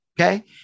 Okay